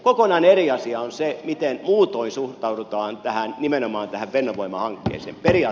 kokonaan eri asia on se miten muutoin suhtaudutaan nimenomaan tähän fennovoima hankkeeseen